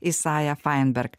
isaja feinberg